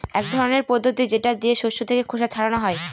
এক ধরনের পদ্ধতি যেটা দিয়ে শস্য থেকে খোসা ছাড়ানো হয়